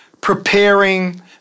preparing